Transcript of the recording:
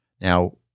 Now